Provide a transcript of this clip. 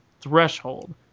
Threshold